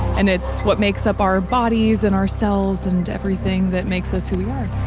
and it's what makes up our bodies, and our cells, and everything that makes us who we are.